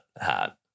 hat